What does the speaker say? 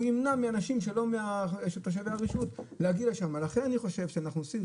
הוא ימנע מאנשים שלא תושבי הרשות להגיע לשמם לכן אני חושב שאנחנו עושים,